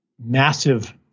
massive